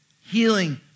healing